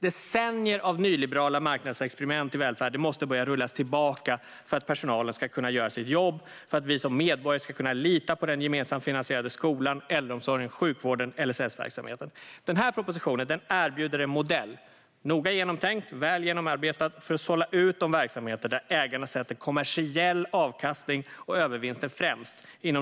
Decennier av nyliberala marknadsexperiment i välfärden måste börja rullas tillbaka för att personalen ska kunna göra sitt jobb och för att vi medborgare ska kunna lita på den gemensamt finansierade skolan, äldreomsorgen, sjukvården och LSS-verksamheten. Den här propositionen erbjuder en modell, noga genomtänkt och väl genomarbetad, för att sålla ut de verksamheter inom några av välfärdens områden där ägarna sätter kommersiell avkastning och övervinster främst.